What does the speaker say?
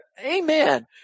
amen